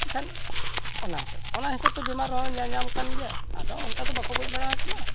ᱢᱮᱱᱠᱷᱟᱱ ᱚᱱᱟ ᱦᱤᱥᱟᱹᱵᱽ ᱚᱱᱟ ᱦᱤᱥᱟᱹᱵᱽ ᱛᱮ ᱵᱤᱢᱟᱨ ᱦᱚᱸ ᱧᱟᱧᱟᱢ ᱠᱟᱱ ᱜᱮᱭᱟ ᱟᱫᱚ ᱚᱱᱠᱟ ᱫᱚ ᱵᱟᱠᱚ ᱜᱚᱡ ᱵᱟᱲᱟᱣ ᱠᱟᱱᱟ